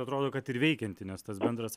atrodo kad ir veikianti nes tas bendras